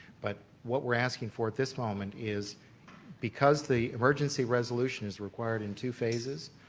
but what we're asking for at this moment is because the emergency resolutions required in two phases,